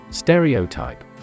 Stereotype